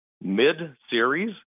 mid-series